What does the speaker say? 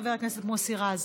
חבר הכנסת מוסי רז,